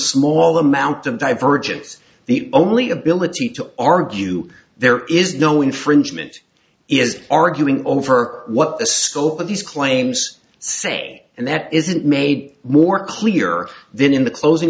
small amount of divergence the only ability to argue there is no infringement is arguing over what the scope of these claims say and that isn't made more clear then in the closing